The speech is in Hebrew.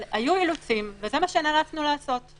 ככל הידוע לי, זה אמור לעלות ביום ראשון לממשלה.